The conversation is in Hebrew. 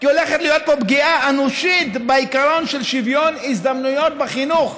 כי הולכת להיות פה פגיעה אנושה בעיקרון של שוויון הזדמנויות בחינוך.